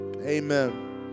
Amen